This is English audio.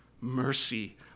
mercy